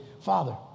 Father